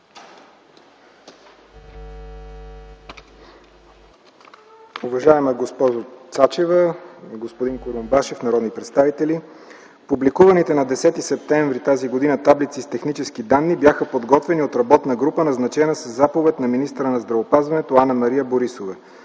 Уважаема госпожо Цачева, господин Курумбашев, народни представители! Публикуваните на 10 септември т.г. таблици с технически данни бяха подготвени от работна група, назначена със заповед на министъра на здравеопазването Анна-Мария Борисова.